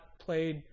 played